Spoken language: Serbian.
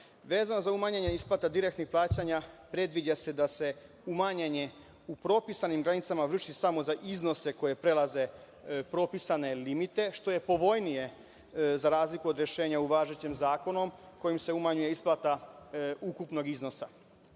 za umanjenje isplata direktnih plaćanja, predviđa se da se umanjenje u propisanim granicama vrši samo za iznose koji prelaze propisane limite, što je povoljnije za razliku od rešenja u važećem zakonu, kojim se umanjuje isplata ukupnog iznosa.